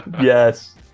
Yes